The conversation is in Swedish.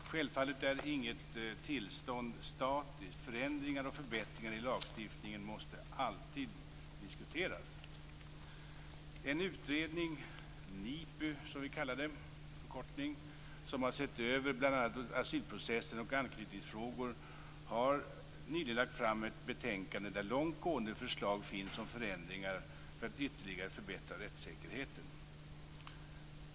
Självfallet är inget tillstånd statiskt. Förändringar och förbättringar i lagstiftningen måste alltid diskuteras. En utredning, NIPU, som vi kallar den, som har sett över bl.a. asylprocessen och anknytningsfrågor har nyligen lagt fram ett betänkande där långt gående förslag finns om förändringar för att ytterligare förbättra rättssäkerheten.